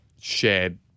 shared